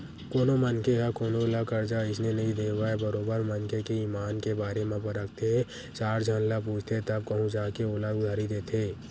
कोनो मनखे ह कोनो ल करजा अइसने नइ दे देवय बरोबर मनखे के ईमान के बारे म परखथे चार झन ल पूछथे तब कहूँ जा के ओला उधारी देथे